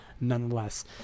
nonetheless